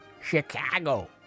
Chicago